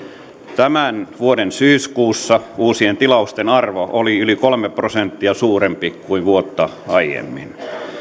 tämän vuoden syyskuussa uusien tilausten arvo oli yli kolme prosenttia suurempi kuin vuotta aiemmin